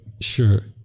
sure